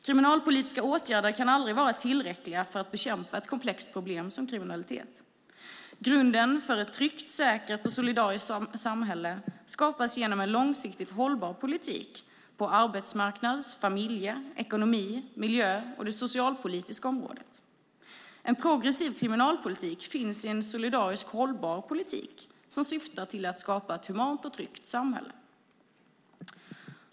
Kriminalpolitiska åtgärder kan aldrig vara tillräckliga för att bekämpa ett komplext problem som kriminalitet. Grunden för ett tryggt, säkert och solidariskt samhälle skapas genom en långsiktigt hållbar politik på arbetsmarknads-, familje-, ekonomi och miljöområdet samt på det sociala området. En progressiv kriminalpolitik finns i en solidarisk hållbar politik som syftar till att skapa ett humant och tryggt samhälle.